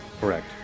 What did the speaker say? Correct